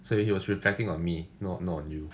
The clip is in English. so he was reflecting on me not not on you